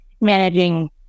managing